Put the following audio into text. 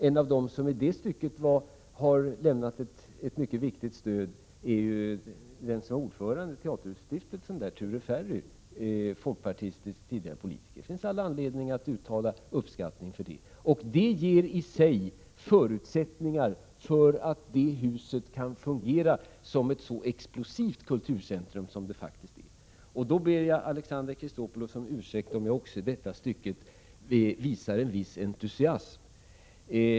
En av dem som har lämnat ett mycket viktigt stöd i det stycket är dåvarande ordföranden i teaterstiftelsen där, Ture Ferry, tidigare folkpartistisk politiker. Det finns all anledning att uttala uppskattning för det. Det ger i sig förutsättningar för att det huset kan fungera som ett så explosivt kulturcentrum som det faktiskt är. Jag ber Alexander Chrisopoulos om ursäkt om jag också i detta stycke visar en viss entusiasm.